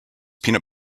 peanut